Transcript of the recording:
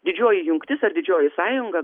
didžioji jungtis ar didžioji sąjunga